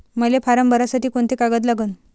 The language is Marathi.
मले फारम भरासाठी कोंते कागद लागन?